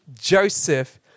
Joseph